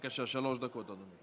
בבקשה, שלוש דקות, אדוני.